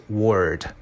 word